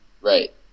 Right